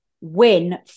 win